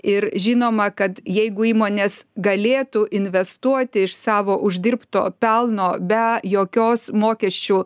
ir žinoma kad jeigu įmonės galėtų investuoti iš savo uždirbto pelno be jokios mokesčių